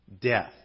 Death